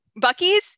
Buckys